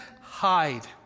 hide